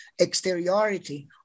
exteriority